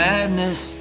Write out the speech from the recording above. Madness